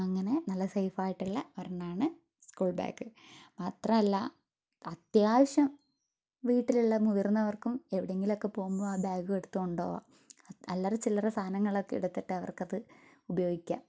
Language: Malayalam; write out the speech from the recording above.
അങ്ങിനെ നല്ല സേഫ് ആയിട്ടുള്ള ഒരെണ്ണം ആണ് സ്കൂൾ ബാഗ് മാത്രമല്ല അത്യാവശ്യം വീട്ടിൽ ഉള്ള മൂതിർന്നവർക്കും എവിടെയെങ്കിലും ഒക്കെ പോകുമ്പോൾ ആ ബാഗ് എടുത്തു കൊണ്ടുപോകാം അല്ലറ ചില്ലറ സാധനങ്ങൾ ഒക്കെ എടുത്തിട്ട് അവർക്കത് ഉപയോഗിക്കാം